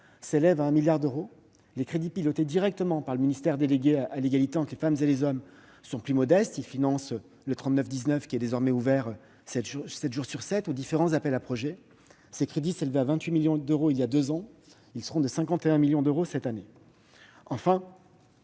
s'élève à 1 milliard d'euros. Les crédits pilotés directement par le ministère délégué à l'égalité entre les femmes et les hommes sont plus modestes- ils financent le 39 19, qui est désormais ouvert sept jours sur sept, et différents appels à projets. Ils s'élevaient à 28 millions d'euros voilà deux ans et seront de 51 millions d'euros cette année. Par